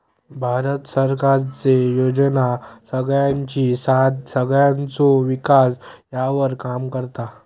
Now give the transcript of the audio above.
भारत सरकारचे योजना सगळ्यांची साथ सगळ्यांचो विकास ह्यावर काम करता